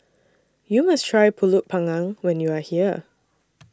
YOU must Try Pulut Panggang when YOU Are here